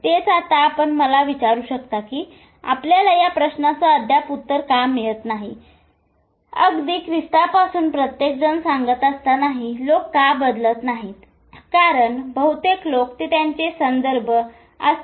तेच आता आपण मला विचारू शकता की आपल्याला या प्रश्नाचं अद्याप उत्तर का मिळत नाही अगदी ख्रिस्तापासून प्रत्येकजण सांगत असतानाही लोक का बदलत नाहीत कारण बहुतेक लोक ते त्यांचे संदर्भ वापरत असतात ते आणि ते त्वरित असतात